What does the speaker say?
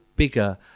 bigger